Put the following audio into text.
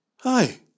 Hi